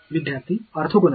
विद्यार्थी ऑर्थोगोनल